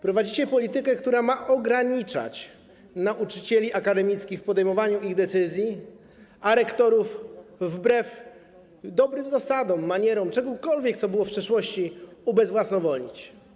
Prowadzicie politykę, która ma ograniczać nauczycieli akademickich w podejmowaniu ich decyzji, a rektorów wbrew dobrym zasadom, manierom, czemukolwiek, co było w przeszłości, ubezwłasnowolnić.